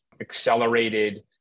accelerated